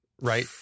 right